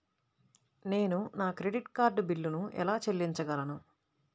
నేను నా credit card బిల్లును ఎలా చెల్లించగలను?